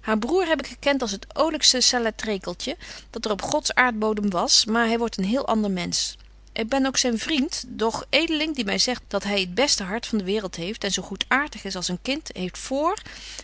haar broêr heb ik gekent als het olykste saletrekeltje dat er op gods aardbodem was maar hy wordt een heel ander mensch ik ben ook zyn vriend doch edeling die my zegt dat hy het beste hart van de waereld heeft en zo goedaartig is als een kind heeft vr